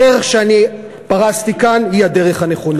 הדרך שאני פרסתי כאן היא הדרך הנכונה.